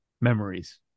memories